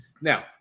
Now